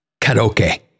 Karaoke